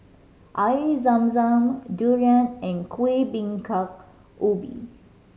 eye zam zam durian and Kueh Bingka Ubi